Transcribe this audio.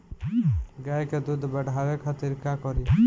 गाय के दूध बढ़ावे खातिर का करी?